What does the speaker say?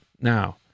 Now